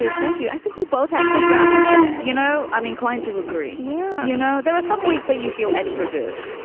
thank you. i think we both had good travels today. you know, i'm inclined to agree. yeah you know, there are some weeks where you feel extra good,